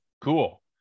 Cool